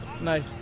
nice